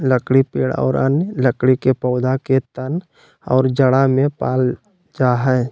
लकड़ी पेड़ और अन्य लकड़ी के पौधा के तन और जड़ में पाल जा हइ